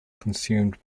consumed